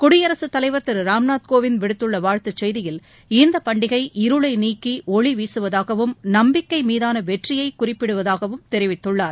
குடியரசுத் தலைவர் திரு ராம்நாத் கோவிந்த் விடுத்துள்ள வாழ்த்து செய்தியில் இந்த பண்டிகை இருளை நீக்கி ஒளிவீசுவதாகவும் நம்பிக்கை மீதான வெற்றியை குறிப்பிடுவதாகவும் தெரிவித்துள்ளார்